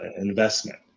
investment